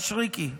משריקי,